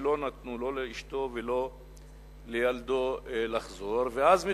ולא נתנו, לא לאשתו ולא לילדו לחזור, ואז מתברר,